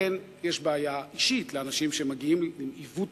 יש בעיה אישית לאנשים שמגיעים עם עיוות